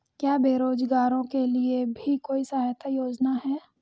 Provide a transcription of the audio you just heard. क्या बेरोजगारों के लिए भी कोई सहायता योजना है?